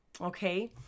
okay